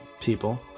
people